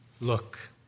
Look